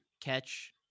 catch